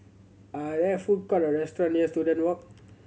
are there food court or restaurant near Student Walk